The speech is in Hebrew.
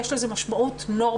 יש לזה משמעות נורמטיבית,